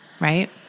right